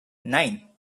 nine